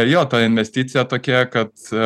jo ta investicija tokia kad